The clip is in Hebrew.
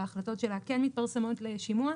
וההחלטות שלה כן מתפרסמות לשימוע.